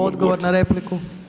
Odgovor na repliku.